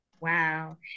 Wow